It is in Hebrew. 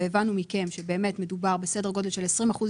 והבנו מכם שבאמת מדובר בסדר גודל של 20%